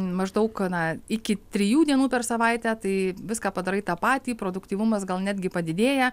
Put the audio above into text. maždaug na iki trijų dienų per savaitę tai viską padarai tą patį produktyvumas gal netgi padidėja